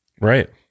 Right